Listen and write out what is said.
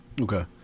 okay